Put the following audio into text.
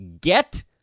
get